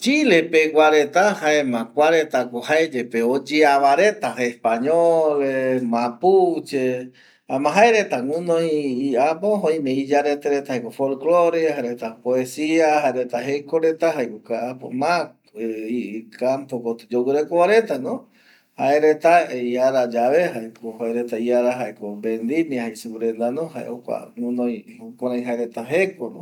Chile pegua reta jaema kua retako jae yepe oyeava reta españole, mapuche jaema jaereta guɨnoi äpo oime iyarete reta jaeko folklore, jare jokua poesia jaereta jeko reta jaeko ma kampo kotɨ yoguɨreko varetano jaereta iarayave jaeko jaereta iarayae jaeko benignia jei supe retano jakua jokurai guɨnoi jaereta jekono